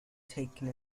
taken